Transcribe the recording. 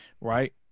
Right